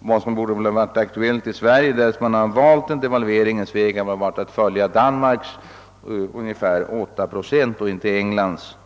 Vad som borde ha varit aktuellt i Sverige, därest vi hade valt devalveringens väg, hade väl varit att följa Danmarks ungefär 8 procent och inte Englands